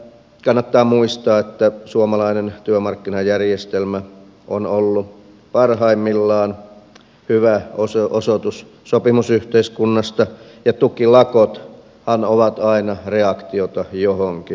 kannattaa muistaa että suomalainen työmarkkinajärjestelmä on ollut parhaimmillaan hyvä osoitus sopimusyhteiskunnasta ja tukilakothan ovat aina reaktioita johonkin